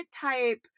type